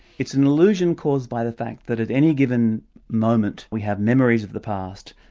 it's an illusion caused by the fact that at any given moment, we have memories of the past,